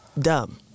Dumb